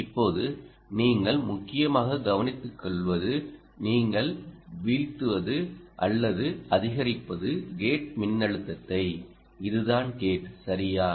இப்போது நீங்கள் முக்கியமாக கவனித்துக்கொள்வது நீங்கள் வீழ்த்துவது அல்லது அதிகரிப்பது கேட் மின்னழுத்தத்தை இதுதான் கேட் சரியா